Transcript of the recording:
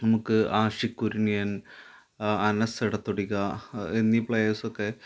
നമുക്ക് ആഷിക് കുര്ണിയൻ അനസ് എടത്തൊടിക എന്നീ പ്ലെയേഴ്സൊക്കെ